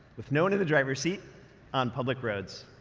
with no-one in the driver's seat on public roads.